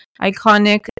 iconic